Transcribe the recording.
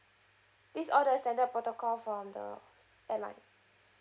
these all the standard protocol from the airline